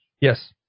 Yes